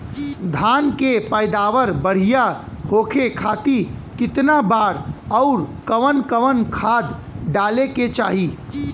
धान के पैदावार बढ़िया होखे खाती कितना बार अउर कवन कवन खाद डाले के चाही?